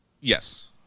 Yes